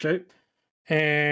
Okay